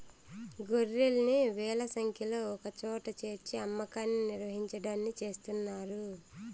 గొర్రెల్ని వేల సంఖ్యలో ఒకచోట చేర్చి అమ్మకాన్ని నిర్వహించడాన్ని చేస్తున్నారు